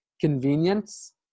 convenience